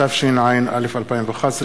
התשע"א 2011,